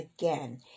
again